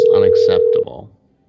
Unacceptable